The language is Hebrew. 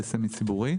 הנוכחי.